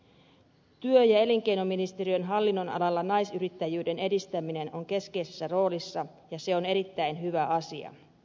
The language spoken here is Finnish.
työ ja elinkeinoministeriön hallinnonalalla naisyrittäjyyden edistäminen on keskeisessä roolissa ja se on erittäin hyvä asia